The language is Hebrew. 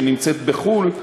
שנמצאת בחו"ל,